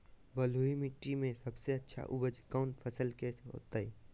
बलुई मिट्टी में सबसे अच्छा उपज कौन फसल के होतय?